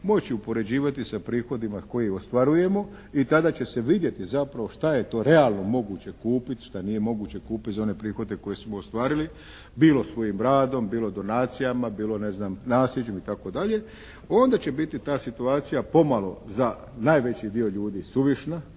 moći upoređivati sa prihodima koje ostvarujemo i tada će se vidjeti zapravo šta je to realno moguće kupit, šta nije moguće kupit za one prihode koje smo ostvarili bilo svojim radom, bilo donacijama, bilo ne znam nasljeđem itd. Onda će biti ta situacija pomalo za najveći dio ljudi suvišna,